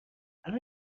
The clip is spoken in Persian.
الان